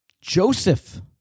Joseph